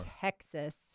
Texas